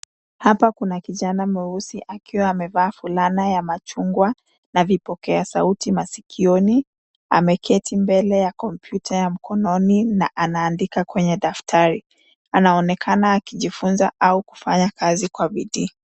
Hapa kuna kijana mweusi akiwa amevaa fulana ya machungwa na vipokea sauti masikioni. Ameketi mbele ya kompyuta ya mkononi na anaandika kwenye daftari. Anaonekana akijifunza au kufanya kazi kwa bidii.